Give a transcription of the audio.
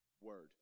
word